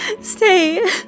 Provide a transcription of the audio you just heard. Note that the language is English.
stay